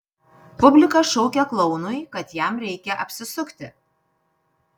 publika šaukė klounui kad jam reikia apsisukti